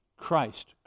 Christ